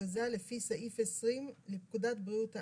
שהוכרזה לפי סעיף 20 לפקודת בריאות העם,